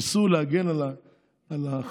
ניסו להגן על החקלאים,